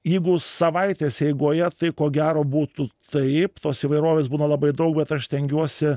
jeigu savaitės eigoje tai ko gero būtų taip tos įvairovės būna labai daug bet aš stengiuosi